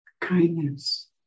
kindness